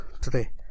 today